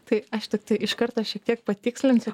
tai aš tiktai iš karto šiek tiek patikslinsiu